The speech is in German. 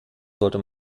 sollte